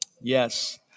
Yes